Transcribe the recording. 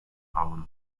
own